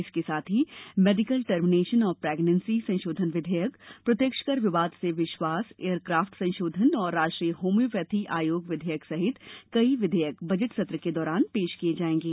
इसके साथ ही मेडिकल टर्मिनेशन ऑफ प्रेगनेंसी संशोधन विधेयक प्रत्यक्ष कर विवाद से विश्वास एयरक्राफ्ट संशोधन और राष्ट्रीय होम्योपैथी आयोग विधेयक सहित कई विधेयक बजट सत्र के दौरान पेश किये जाएंगे